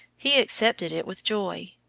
he accepted it with joy,